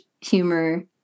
humor